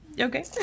Okay